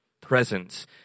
Presence